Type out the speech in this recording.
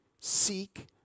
Seek